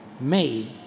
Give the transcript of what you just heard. made